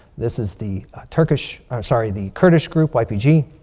this is the turkish or sorry. the kurdish group, ipg.